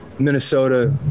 Minnesota